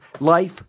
Life